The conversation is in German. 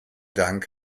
dank